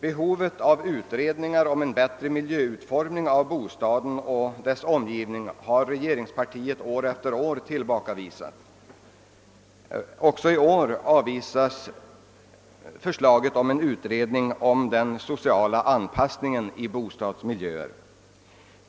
Kraven på utredningar om en bättre miljöutformning för bostaden och dess omgivning har regeringspartiet år efter år tillbakavisat. I år avvisas vårt förslag om en utredning rörande den sociala anpassningen i bostadsmiljöer.